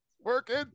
Working